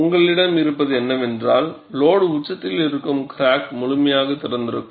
எனவே உங்களிடம் இங்கே இருப்பது என்னவென்றால் லோடு உச்சத்தில் இருக்கும்போது கிராக் முழுமையாக திறந்திருக்கும்